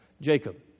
Jacob